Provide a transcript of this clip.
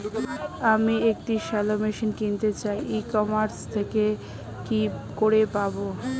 আমি একটি shallow machine কিনতে চাই ই কমার্স থেকে কি করে পাবো?